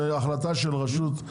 זה החלטה של רשות,